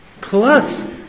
plus